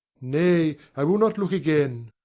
nay, i will not look again.